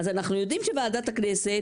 אז אנחנו יודעים שוועדת הכנסת,